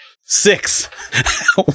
Six